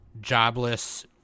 jobless